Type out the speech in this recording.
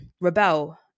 rebel